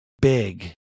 big